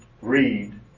read